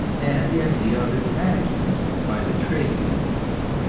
and the idea of its management by the trade unions.